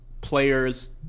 players